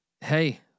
Hey